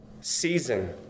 season